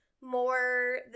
more